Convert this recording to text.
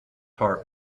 part